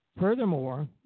Furthermore